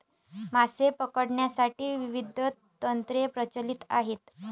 मासे पकडण्यासाठी विविध तंत्रे प्रचलित आहेत